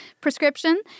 prescription